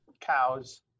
cows